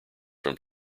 from